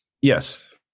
Yes